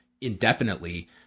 indefinitely